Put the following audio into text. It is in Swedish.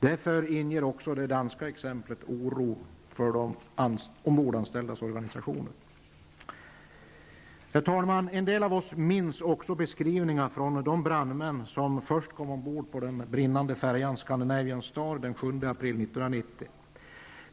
Därför inger också det danska exemplet oro i de ombordanställdas organisationer. Herr talman! En del av oss minns också beskrivningarna från de brandmän som först kom ombord på den brinnande färjan Scandinavian Star den 7 april 1990.